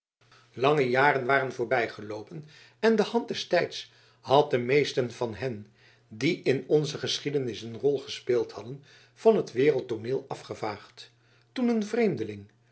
lange jaren waren voorbijgeloopen en de hand des tijds had de meesten van hen die in onze geschiedenis een rol gespeeld hadden van het wereldtooneel afgevaagd toen een vreemdeling